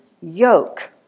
yoke